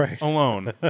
alone